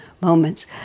moments